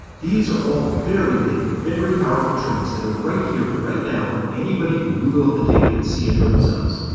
these are all very big, very powerful trends that are right here, right now, and anybody can google up the data and see it for themselves.